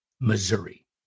Missouri